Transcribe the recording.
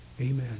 amen